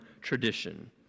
tradition